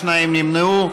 שניים נמנעו.